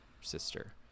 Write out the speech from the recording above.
sister